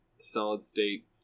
solid-state